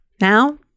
Now